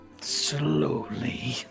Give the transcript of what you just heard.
Slowly